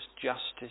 justice